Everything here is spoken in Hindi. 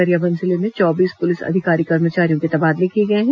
गरियाबंद जिले में चौबीस पुलिस अधिकारी कर्मचारियों के तबादले किए गए हैं